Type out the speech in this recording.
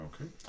Okay